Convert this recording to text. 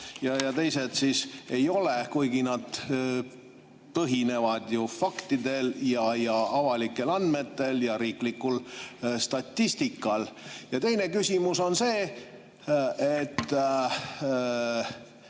ja teised ei ole, kuigi need põhinevad faktidel, avalikel andmetel ja riiklikul statistikal? Teine küsimus on see: